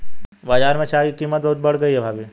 बाजार में चाय की कीमत बहुत बढ़ गई है भाभी